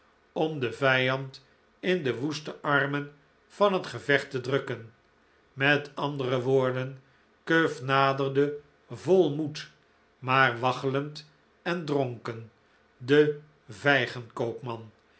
om den vijand in de woeste armen van het gevecht te drukken met andere woorden cuff naderde vol moed maar waggelend en dronken de vijgenkoopman